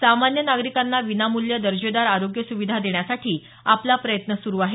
सामान्य नागरिकांना विनामूल्य दर्जेदार आरोग्य सुविधा देण्यासाठी आपला प्रयत्न सुरु आहे